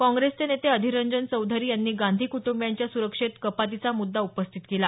काँग्रेसचे नेते अधीररंजन चौधरी यांनी गांधी कुटुंबियांच्या सुरक्षेत कपातीचा मुद्दा उपस्थित केला